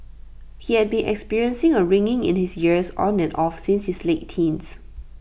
he had been experiencing A ringing in his ears on and off since his late teens